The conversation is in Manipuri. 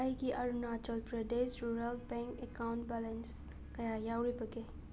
ꯑꯩꯒꯤ Arunachal Pradesh rural bank account balance ꯀꯌꯥ ꯌꯥꯎꯔꯤꯕꯒꯦ